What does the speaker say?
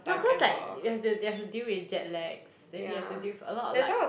no cause like you have to they have to deal with jet lags then you have to deal with a lot like